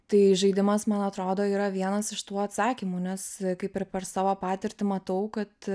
tai žaidimas man atrodo yra vienas iš tų atsakymų nes kaip ir per savo patirtį matau kad